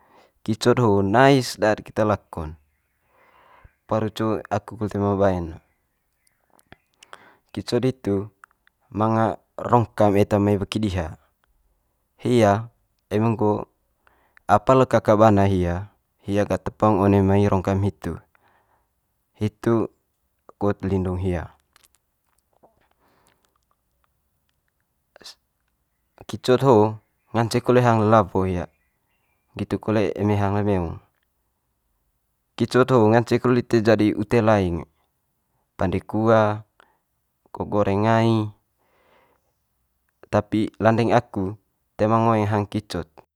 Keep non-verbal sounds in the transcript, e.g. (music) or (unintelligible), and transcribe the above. Kivot ho nais daat keta lako'n, pengaru co aku kole toe ma bae'n ne, kicot hitu manga rongkam eta mai weki diha. Hia eme nggo apa le kaka bana hia, hia gah tepeng one mai rongkam hitu, hitu kut lindung hia. (unintelligible) kicot ho'o ngance kole hang le lawo hia nggitu kole eme hang le meong. Kicot ho ngance kole lite jadi ute laing pande kuah, ko goreng ngai tapi landing aku toe ma ngoeng hang kicot.